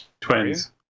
Twins